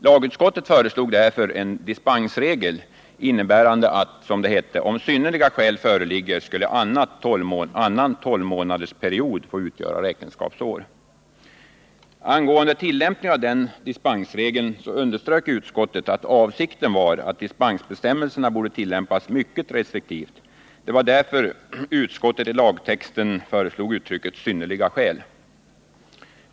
Lagutskottet föreslog därför en dispensregel, innebärande att om ”synnerliga skäl” föreligger skulle annan tolvmånadersperiod få utgöra räkenskapsår. Angående tillämpningen av denna dispensregel underströk utskottet att avsikten var att dispensbestämmelsen borde tillämpas mycket restriktivt. Det var därför utskottet i lagtexten föreslog uttrycket ”synnerliga skäl”.